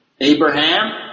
Abraham